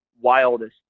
wildest